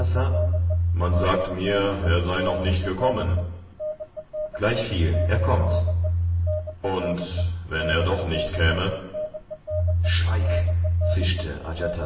man sagt mir er sei noch nicht gekommen gleichviel er kommt und wenn er doch nicht käme schweig zischte